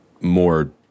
more